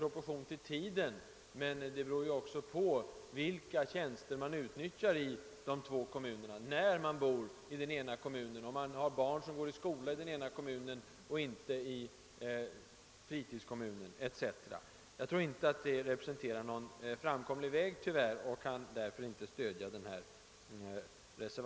Men vid fördelningen bör hänsyn också tas till vilka tjänster man utnytt jar i de två kommunerna, när på året man bor i den ena eller den andra kommunen; om man har barn som går i skola i hemkommunen och inte i fritidskommunen etc. Jag tror som sagt inte att den lösning som föreslås i reservationen är en framkomlig väg och kan därför inte stödja den.